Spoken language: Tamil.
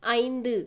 ஐந்து